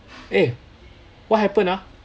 eh what happen ah